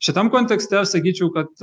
šitam kontekste aš sakyčiau kad